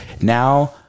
Now